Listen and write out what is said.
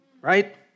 right